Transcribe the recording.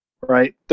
right